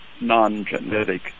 non-genetic